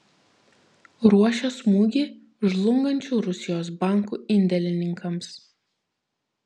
ruošia smūgį žlungančių rusijos bankų indėlininkams